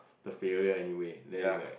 the failure anyway then it's like